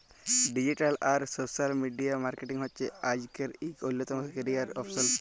digital আর social media marketing হছে আইজকের ইক অল্যতম ক্যারিয়ার অপসল